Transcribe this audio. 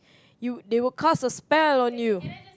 you they will cast a spell on you